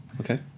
Okay